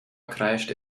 kreischte